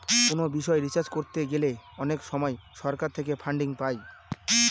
কোনো বিষয় রিসার্চ করতে গেলে অনেক সময় সরকার থেকে ফান্ডিং পাই